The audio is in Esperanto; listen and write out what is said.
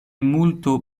multo